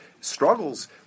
struggles